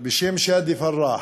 בשם שאדי פראח.